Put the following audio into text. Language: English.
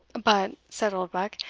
but, said oldbuck,